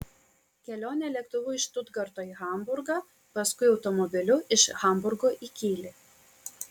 kelionė lėktuvu iš štutgarto į hamburgą paskui automobiliu iš hamburgo į kylį